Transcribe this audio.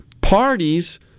parties